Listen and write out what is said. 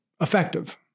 effective